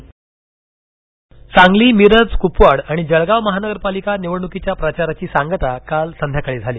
स्टी सांगली मिरज कुपवाड आणि जळगाव महानगरपालिका निवडणुकीच्या प्रचाराची सांगता काल संध्याकाळी झाली